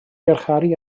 garcharu